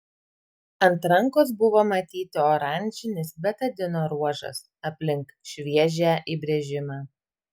ant rankos buvo matyti oranžinis betadino ruožas aplink šviežią įbrėžimą